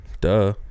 Duh